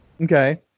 Okay